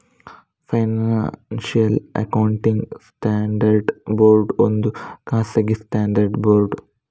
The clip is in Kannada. ಫೈನಾನ್ಶಿಯಲ್ ಅಕೌಂಟಿಂಗ್ ಸ್ಟ್ಯಾಂಡರ್ಡ್ಸ್ ಬೋರ್ಡು ಒಂದು ಖಾಸಗಿ ಸ್ಟ್ಯಾಂಡರ್ಡ್ ಬೋರ್ಡು